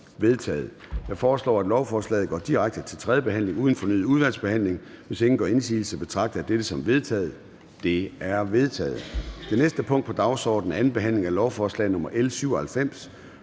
Jeg foreslår, at lovforslaget går direkte til tredje behandling uden fornyet udvalgsbehandling. Hvis ingen gør indsigelse, betragter jeg dette som vedtaget. Det er vedtaget. --- Det næste punkt på dagsordenen er: 15) 2.